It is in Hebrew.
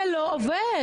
זה לא עובד.